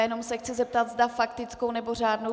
Jenom se chci zeptat, zda faktickou, anebo řádnou.